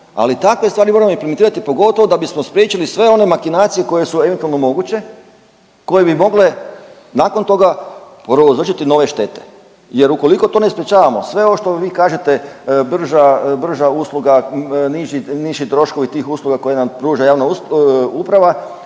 ali takve stvari moramo implementirati pogotovo da bismo spriječili sve one makinacije koje su eventualno moguće koje bi mogle nakon toga prouzročiti nove štete. Jer ukoliko to ne sprječavamo sve ovo što vi kažete brža usluga, niži troškovi tih usluga koje nam pruža javna uprava